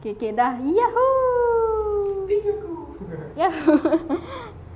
okay okay done !woohoo!